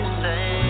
say